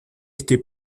este